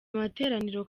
amateraniro